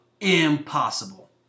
Impossible